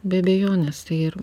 be abejonės tai ir